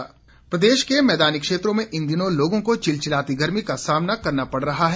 मौसम प्रदेश के मैदानी क्षेत्रों में इन दिनों लोगों को चिलचिलाती गर्मी का सामना करना पड़ रहा है